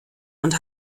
und